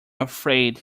afraid